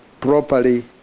properly